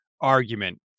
argument